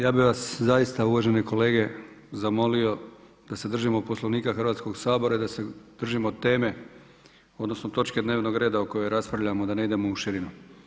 Ja bih vas zaista uvažene kolege zamolio da se držimo Poslovnika Hrvatskog sabora i da se držimo teme, odnosno točke dnevnog reda o kojoj raspravljamo da ne idemo u širinu.